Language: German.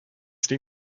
liegt